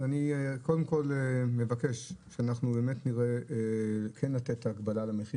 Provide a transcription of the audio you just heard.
אני קודם כל מבקש שאנחנו באמת נראה כן לתת הגבלה על המחיר